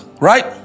right